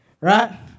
right